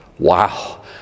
Wow